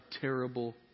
terrible